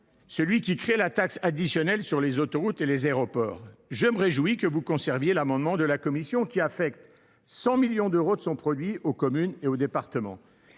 15, qui crée la taxe additionnelle sur les autoroutes et les aéroports, je me réjouis que vous conserviez l’amendement de la commission qui affecte 100 millions d’euros de son produit aux communes et aux départements.